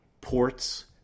ports